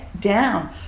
down